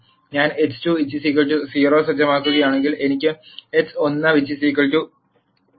ഞാൻ x2 0 സജ്ജമാക്കുകയാണെങ്കിൽ എനിക്ക് x1 5 ലഭിക്കും